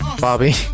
Bobby